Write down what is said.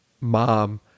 mom